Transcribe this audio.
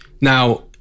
Now